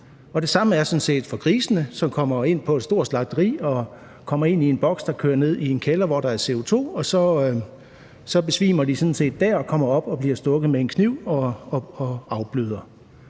sådan set for grisene, som kommer ind på et stort slagteri, hvor de kommer ind i en boks, der kører ned i en kælder, hvor der er CO2, og så besvimer de sådan set dér og kommer op og bliver stukket med en kniv og afbløder.